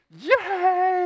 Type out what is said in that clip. Yay